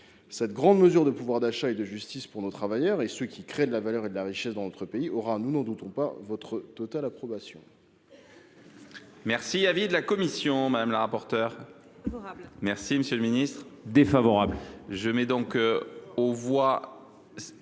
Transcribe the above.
Cette grande mesure de pouvoir d’achat et de justice pour nos travailleurs, qui créent de la valeur et de la richesse dans notre pays, recevra – nous n’en doutons pas – votre totale approbation.